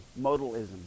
modalism